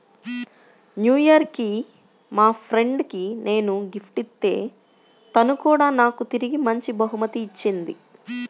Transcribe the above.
new year కి మా friend కి నేను గిఫ్ట్ ఇత్తే తను కూడా నాకు తిరిగి మంచి బహుమతి ఇచ్చింది